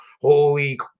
holy